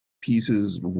pieces